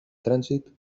trànsit